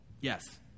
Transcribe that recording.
yes